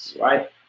right